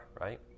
right